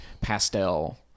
pastel